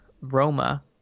Roma